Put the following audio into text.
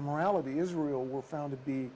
of morality israel were found to be